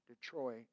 Detroit